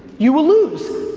you will lose.